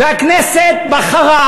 והכנסת בחרה